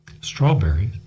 Strawberries